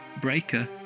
Breaker